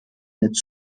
net